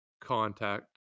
contact